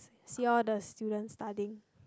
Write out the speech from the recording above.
see all the students studying